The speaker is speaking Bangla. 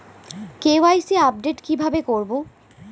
কে.ওয়াই.সি আপডেট কি ভাবে করবো?